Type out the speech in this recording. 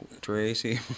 Tracy